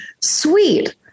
sweet